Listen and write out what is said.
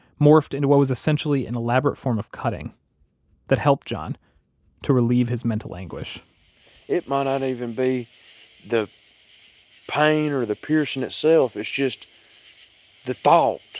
morphed into what was essentially an elaborate form of cutting that helped john to relieve his mental anguish it might not even be the pain or the piercing itself, it's just the thought,